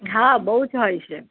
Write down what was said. હા બઉજ હોય છે